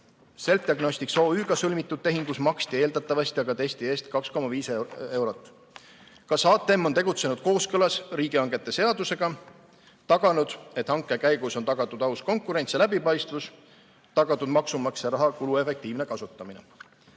Selfdiagnostics OÜ‑ga sõlmitud tehingus maksti eeldatavasti aga testi eest 2,5 eurot. Kas HTM on tegutsenud kooskõlas riigihangete seadusega ning taganud, et hanke käigus on tagatud aus konkurents ja läbipaistvus ning tagatud maksumaksja raha kuluefektiivne kasutamine?